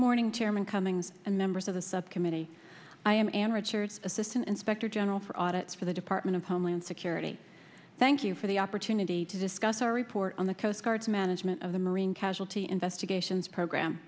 morning karen cummings and members of the subcommittee i am ann richards assistant inspector general for audits for the department of homeland security thank you for the opportunity to discuss our report on the coast guard management of the marine casualty investigations program